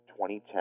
2010